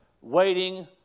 waiting